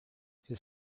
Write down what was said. his